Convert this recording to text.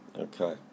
Okay